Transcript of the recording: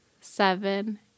seven